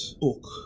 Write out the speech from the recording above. book